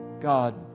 God